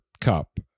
Cup